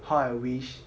how I wish